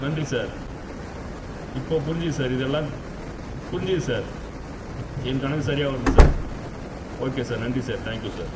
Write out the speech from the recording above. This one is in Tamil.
நன்றி சார் இப்போ புரிஞ்சுது சார் இதெல்லாம் புரிஞ்சுது சார் என் கணக்கு சரியாக வருது சார் ஓகே சார் நன்றி சார் தேங்க் யூ சார்